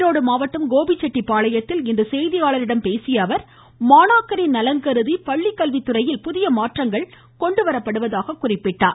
ஈரோடு மாவட்டம் கோபிசெட்டி பாளையத்தில் இன்று செய்தியாளர்களிடம் பேசிய அவர் மாணாக்கரின் நலன் கருதி பள்ளிக்கல்வித்துறையில் புதிய மாற்றங்கள் கொண்டுவரப்படுவதாக குறிப்பிட்டார்